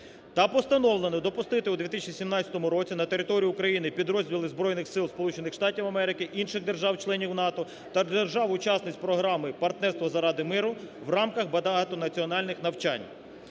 Та постановлено допустити у 2017 році на територію України підрозділи збройних сил Сполучених Штатів Америки, інших держав-членів НАТО та держав-учасниць програми "Партнерство заради миру" в рамках багатонаціональних навчань.